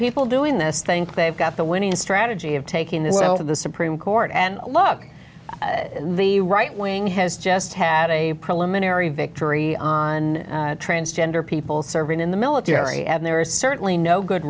people doing this think they've got the winning strategy of taking this out of the supreme court and look the right wing has just had a preliminary victory on transgender people serving in the military and there is certainly no good